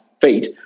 feet